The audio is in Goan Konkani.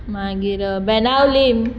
मागीर बाणावली